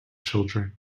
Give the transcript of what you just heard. children